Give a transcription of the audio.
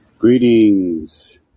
Greetings